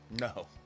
no